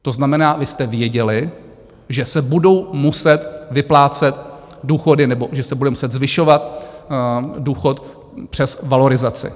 To znamená, vy jste věděli, že se budou muset vyplácet důchody nebo že se bude muset zvyšovat důchod přes valorizaci.